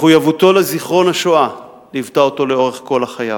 מחויבותו לזיכרון השואה ליוותה אותו לאורך כל חייו.